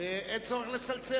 אין צורך לצלצל,